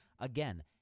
Again